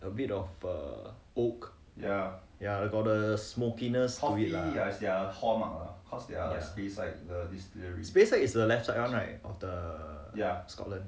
a bit of er oak ya I got the smokiness ya taste like the leopold one right of the err scotland